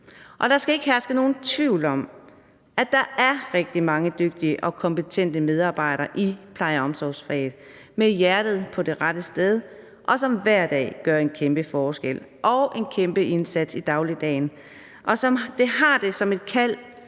Der skal ikke herske nogen tvivl om, at der er rigtig mange dygtige og kompetente medarbejdere i pleje- og omsorgsfagene med hjertet på rette sted, og som hver dag gør en kæmpe forskel og en kæmpe indsats i dagligdagen, og som har det som et kald